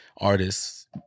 artists